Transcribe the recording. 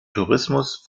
tourismus